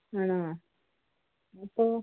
ആണോ അപ്പം